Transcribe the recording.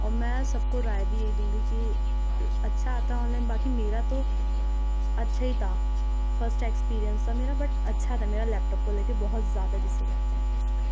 اور میں سب کو رائے بھی یہی دوں گی کہ اچھا آتا آن لائن باقی میرا تو اچھے ہی تھا فسٹ ایکسپرئنس تھا میرا بٹ اچھا تھا میرا لیپ ٹاپ کو لے کے بہت زیادہ جسے کہتے ہیں